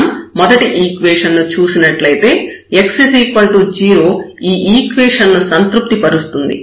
మనం మొదటి ఈక్వేషన్ ను చూసినట్లయితే x 0 ఈ ఈక్వేషన్ ను సంతృప్తి పరుస్తుంది